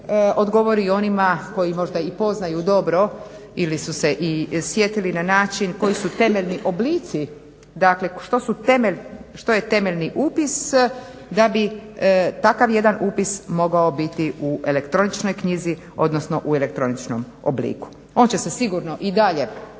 odgovori onima koji možda i poznaju dobro ili su se i sjetili na način koji su temeljni oblici, dakle što su temelj, što je temeljni upis, da bi takav jedan upisa mogao biti u elektroničnoj knjizi odnosno u elektroničkom obliku. On će se sigurno i dalje voditi